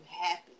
happy